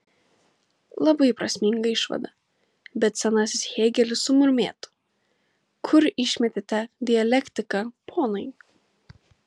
labai prasminga išvada bet senasis hėgelis sumurmėtų kur išmetėte dialektiką ponai